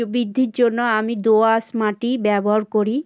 বৃদ্ধির জন্য আমি দোঁয়াশ মাটি ব্যবহার করি